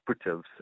operatives